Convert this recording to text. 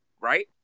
right